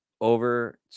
over